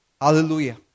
Hallelujah